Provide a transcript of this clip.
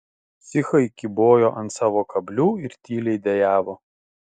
psichai kybojo ant savo kablių ir tyliai dejavo